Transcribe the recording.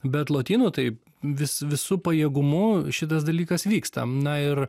bet lotynų tai vis visu pajėgumu šitas dalykas vyksta na ir